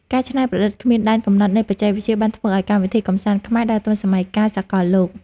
ការច្នៃប្រឌិតគ្មានដែនកំណត់នៃបច្ចេកវិទ្យាបានធ្វើឱ្យកម្មវិធីកម្សាន្តខ្មែរដើរទាន់សម័យកាលសកលលោក។